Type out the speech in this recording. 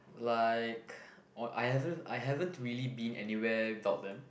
like or I haven't I haven't really been anywhere without them